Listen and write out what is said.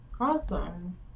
Awesome